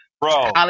Bro